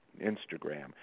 Instagram